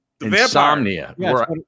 Insomnia